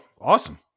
awesome